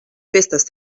festes